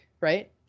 right